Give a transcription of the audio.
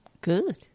Good